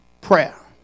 prayer